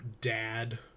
dad